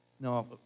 No